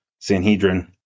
Sanhedrin